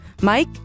Mike